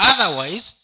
Otherwise